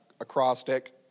acrostic